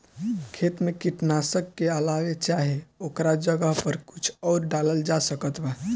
खेत मे कीटनाशक के अलावे चाहे ओकरा जगह पर कुछ आउर डालल जा सकत बा?